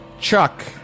Chuck